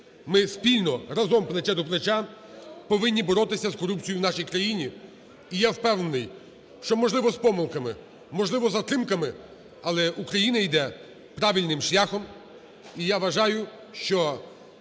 Ми спільно, разом, плече до плеча повинні боротися з корупцією в нашій країні. І я впевнений, що можливо з помилками, можливо, з затримками, але Україна йде правильним шляхом. І я вважаю, що